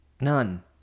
None